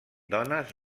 dones